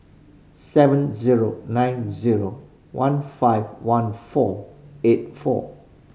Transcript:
seven zero nine zero one five one four eight four